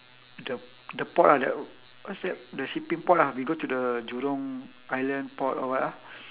the the port ah the what's that the shipping port lah we go to the jurong island port or what ah